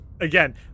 again